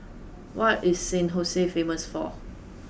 what is San famous for